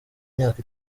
imyaka